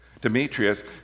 Demetrius